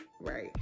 Right